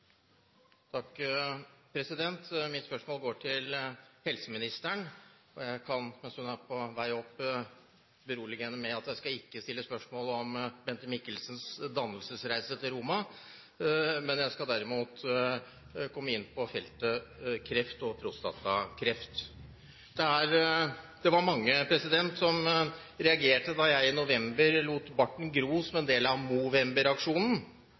Mitt spørsmål går til helseministeren. Og jeg kan, mens hun er på vei opp hit, berolige henne med at jeg ikke skal stille spørsmål om Bente Mikkelsens dannelsesreise til Roma, jeg skal derimot komme inn på feltet kreft og prostatakreft. Det var mange som reagerte da jeg i november lot barten gro, som en del av